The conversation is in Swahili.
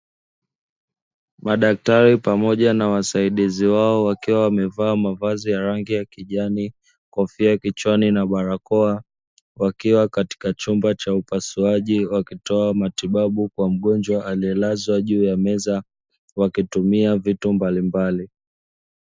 Madaktari pamoja na wasaidizi wao wakiwa wamevaa mavazi ya rangi ya kijani, kofia kichwani na barakoa; wakiwa katika chumba cha upasuaji wakitoa matibabu kwa mgonjwa, aliyelazwa juu ya meza wakitumia vitu mbalimbali.